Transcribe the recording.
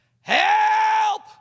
Help